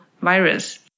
virus